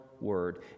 word